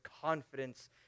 confidence